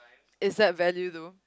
is that value though